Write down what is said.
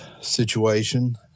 situation